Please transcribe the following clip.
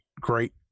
great